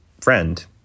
friend